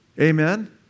Amen